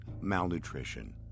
malnutrition